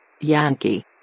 Yankee